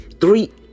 Three